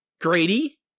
Grady